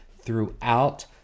Throughout